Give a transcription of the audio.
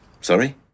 Sorry